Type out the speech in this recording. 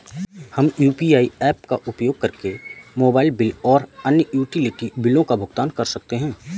हम UPI apps का उपयोग करके मोबाइल बिल और अन्य यूटिलिटी बिलों का भुगतान कर सकते हैं